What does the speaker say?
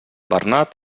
bernat